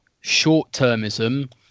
short-termism